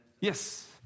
Yes